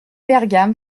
bergam